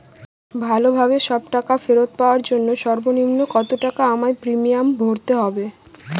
ভালোভাবে সব টাকা ফেরত পাওয়ার জন্য সর্বনিম্ন কতটাকা আমায় প্রিমিয়াম ভরতে হবে?